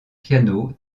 piano